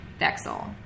Dexel